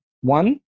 One